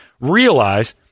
Realize